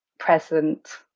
present